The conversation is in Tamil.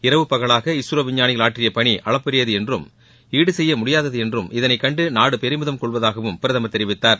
இரவு பகவாக இஸ்ரோ விஞ்ஞானிகள் ஆற்றிய பணி அளப்பறியது என்றும் ஈடு செய்ய முடியாதது என்றும் இதனைக் கண்டு நாடு பெருமிதம் கொள்வதாகவும் பிரதமர் தெரிவித்தார்